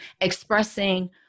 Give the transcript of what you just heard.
expressing